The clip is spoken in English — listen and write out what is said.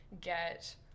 get